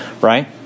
Right